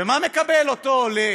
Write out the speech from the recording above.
ומה מקבל אותו עולה